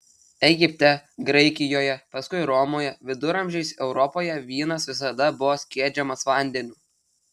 egipte graikijoje paskui romoje viduramžiais europoje vynas visada buvo skiedžiamas vandeniu